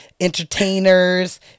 entertainers